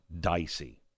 dicey